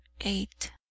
eight